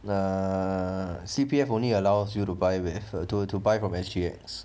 the C_P_F only allows you to buy with to to buy from S_G_X